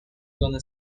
gonna